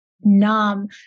numb